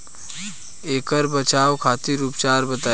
ऐकर बचाव खातिर उपचार बताई?